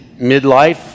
midlife